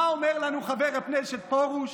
מה אומר לנו חבר הכנסת פרוש?